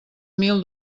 mil